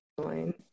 join